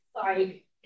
sorry